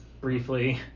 briefly